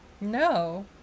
No